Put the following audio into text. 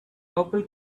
purple